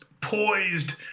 poised